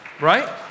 right